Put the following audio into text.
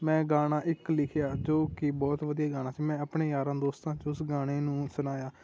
ਮੈਂ ਗਾਣਾ ਇੱਕ ਲਿਖਿਆ ਜੋ ਕਿ ਬਹੁਤ ਵਧੀਆ ਗਾਣਾ ਸੀ ਮੈਂ ਆਪਣੇ ਯਾਰਾਂ ਦੋਸਤਾਂ 'ਚ ਉਸ ਗਾਣੇ ਨੂੰ ਸੁਣਾਇਆ